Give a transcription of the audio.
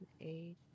eight